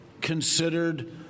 considered